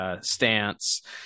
stance